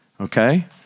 Okay